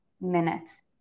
minutes